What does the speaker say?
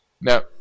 Now